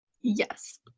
Yes